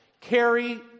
carry